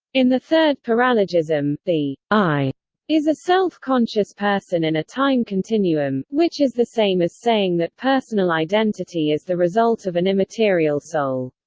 in the third paralogism, the i is a self-conscious person in a time continuum, which is the same as saying that personal identity is the result of an immaterial soul.